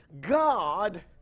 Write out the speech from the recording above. God